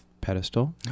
pedestal